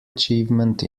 achievement